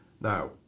Now